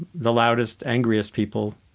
the loudest, angriest people,